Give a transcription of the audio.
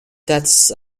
deaths